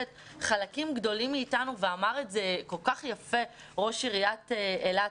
חלקים גדולים מאתנו ואמר את זה כל כך יפה ראש עיריית אילת,